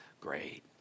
great